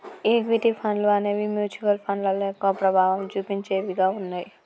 equity ఫండ్లు అనేవి mutual ఫండ్లలో ఎక్కువ ప్రభావం చుపించేవిగా ఉన్నయ్యి